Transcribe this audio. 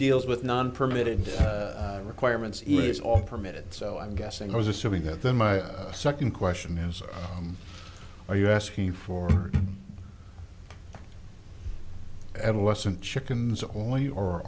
deals with non permitted requirements it's all permitted so i'm guessing i was assuming that then my second question is are you asking for adolescents chickens only or